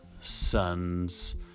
Sons